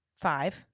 five